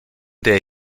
der